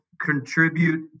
contribute